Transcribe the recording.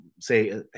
say